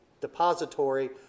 depository